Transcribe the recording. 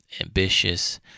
ambitious